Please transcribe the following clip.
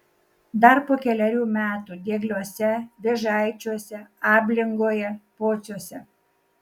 dar po kelerių metų diegliuose vėžaičiuose ablingoje pociuose